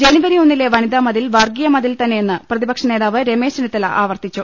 ജനുവരി ഒന്നിലെ വനിതാമതിൽ വർഗ്ഗീയ മതിൽ തന്നെയെന്ന് പ്രതിപക്ഷ നേതാവ് രമേശ് ചെന്നിത്തല ആവർത്തിച്ചു